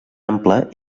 ampla